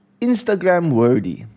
Instagram-worthy